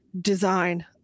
design